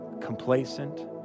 complacent